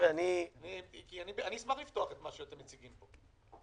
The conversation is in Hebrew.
אני אשמח לפתוח את מה שאתם מציגים פה לדיון.